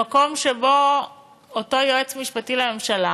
במקום שבו אותו יועץ משפטי לממשלה